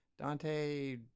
Dante